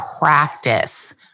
practice